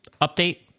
Update